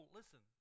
listen